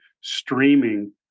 streaming